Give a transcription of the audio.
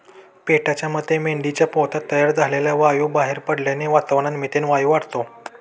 पेटाच्या मते मेंढीच्या पोटात तयार झालेला वायू बाहेर पडल्याने वातावरणात मिथेन वायू वाढतो